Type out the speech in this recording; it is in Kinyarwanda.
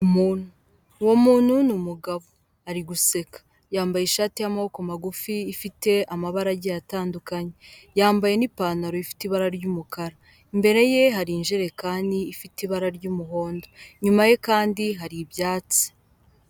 Umuntu uwo muntu ni umugabo ari guseka yambaye ishati y'amaboko magufi ifite amabara agiye atandukanye, yambaye n'ipantaro ifite ibara ry'umukara, imbere ye hari ijerekani ifite ibara ry'umuhondo, inyuma ye kandi hari ibyatsi.